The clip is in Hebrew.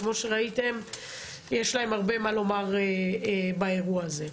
כמו שראיתם יש להן הרבה מה לומר באירוע הזה.